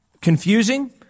confusing